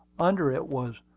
under it was,